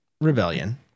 Rebellion